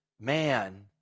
man